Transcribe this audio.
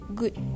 good